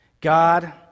God